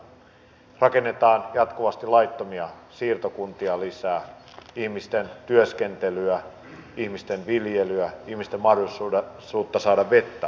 laittomia siirtokuntia rakennetaan jatkuvasti lisää ihmisten työskentelyä ihmisten viljelyä ihmisten mahdollisuutta saada vettä rajoitetaan